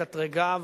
מקטרגיו,